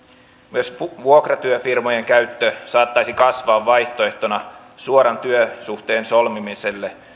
myös vuokratyöfirmojen käyttö saattaisi kasvaa vaihtoehtona suoran työsuhteen solmimiselle